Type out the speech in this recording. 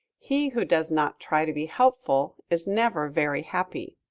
he who does not try to be helpful is never very happy.